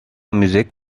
music